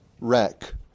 wreck